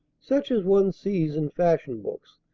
such as one sees in fashion-books,